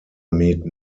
meet